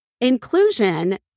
inclusion